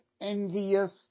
envious